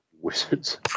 wizards